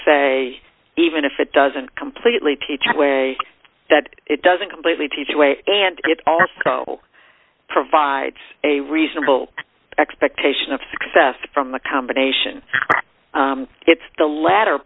say even if it doesn't completely teach the way that it doesn't completely teach way and it also provides a reasonable expectation of success from the combination it's the latter